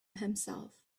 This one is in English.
himself